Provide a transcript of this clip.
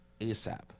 ASAP